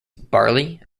barley